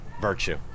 virtue